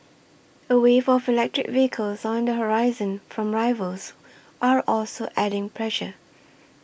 a wave of electric vehicles on the horizon from rivals are also adding pressure